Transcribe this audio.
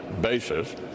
basis